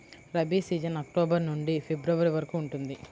rabi season October నుండి February వరకు ఉంటుంది